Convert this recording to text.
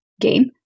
game